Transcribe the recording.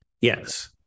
Yes